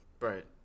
right